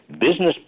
business